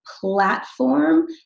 platform